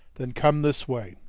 then come this way.